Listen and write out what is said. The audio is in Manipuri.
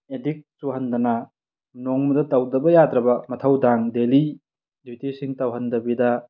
ꯑꯦꯗꯤꯛ ꯆꯨꯍꯟꯗꯅ ꯅꯣꯡꯃꯗ ꯇꯧꯗꯕ ꯌꯥꯗ꯭ꯔꯕ ꯃꯊꯧꯗꯥꯡ ꯗꯦꯂꯤ ꯗ꯭ꯌꯨꯇꯤꯁꯤꯡ ꯇꯧꯍꯟꯗꯕꯤꯗ